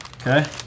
Okay